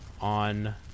on